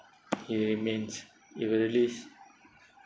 he remains it will really